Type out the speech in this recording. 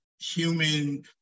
human